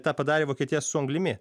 tą padarė vokietiją su anglimi